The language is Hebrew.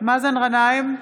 מאזן גנאים,